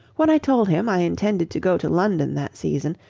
when i told him i intended to go to london that season,